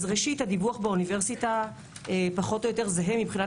ראשית הדיווח באוניברסיטה פחות או יותר זהה מבחינת